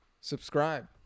Subscribe